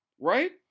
right